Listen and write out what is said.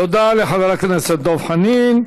תודה לחבר הכנסת דב חנין.